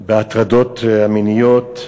בהטרדות מיניות,